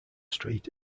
street